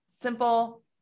simple